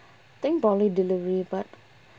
think probably delivery but